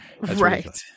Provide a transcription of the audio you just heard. right